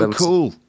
cool